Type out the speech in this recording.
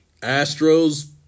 Astros